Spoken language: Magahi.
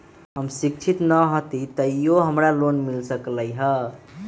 हम शिक्षित न हाति तयो हमरा लोन मिल सकलई ह?